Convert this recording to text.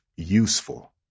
Useful